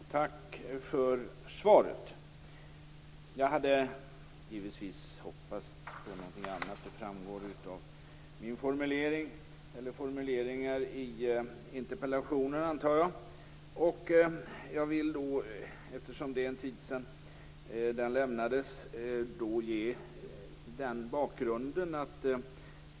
Fru talman! Tack för svaret. Jag hade givetvis hoppats på någonting annat. Jag antar att det framgår av mina formuleringar i interpellationen. Jag vill, eftersom det är en tid sedan interpellationen lämnades, ge en bakgrund.